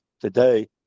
today